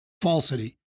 falsity